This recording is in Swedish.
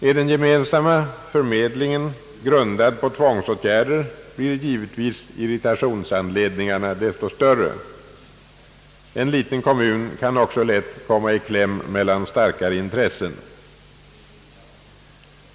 är den gemensamma förmedlingen grundad på tvångsåtgärder blir givetvis irritationsanledningarna desto större. En mindre kommun kan också lätt komma i kläm mellan starkare intressen.